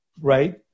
right